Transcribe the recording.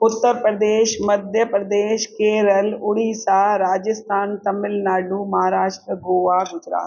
Uttar Pradesh Madhya Pradesh Kerala Odisha Rajasthan Tamil Nadu Maharashtra Goa Gujarat